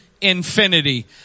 infinity